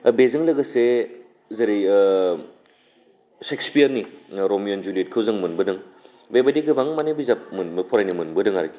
दा बेजों लोगोसे जेरै सिक्स पि एम नि रमिय' एन्ड जुलियेटखौ जों मोनबोदों बेबायदि गोबां माने बिजाब फरायनो मोनबोदों आरोखि